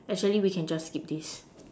actually we can just skip this